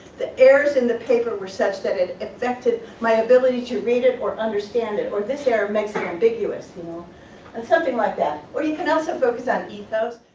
the errors in the paper were such that it affected my ability to read it or understand it or this error makes it ambiguous or you know and something like that or you can also focus on ethos.